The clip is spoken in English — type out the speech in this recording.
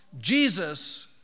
Jesus